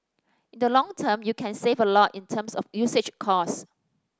in the long term you can save a lot in terms of usage cost